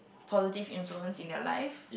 positive influence in their life